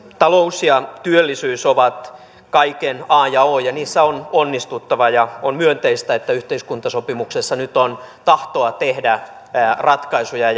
talous ja työllisyys ovat kaiken a ja o ja niissä on onnistuttava ja on myönteistä että yhteiskuntasopimuksessa nyt on tahtoa tehdä ratkaisuja